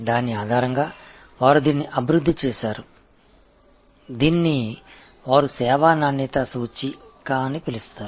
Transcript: அதன் அடிப்படையில் அவர்கள் இதை உருவாக்கினர் இதை அவர்கள் சர்வீஸ் க்வாலிடி குறியீட்டு என்று அழைத்தனர்